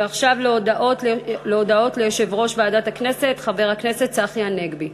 ועכשיו להודעות יושב-ראש ועדת הכנסת חבר הכנסת צחי הנגבי.